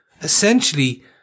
essentially